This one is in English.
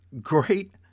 great